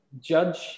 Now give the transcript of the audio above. judge